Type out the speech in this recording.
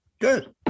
good